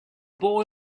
boy